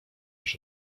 masz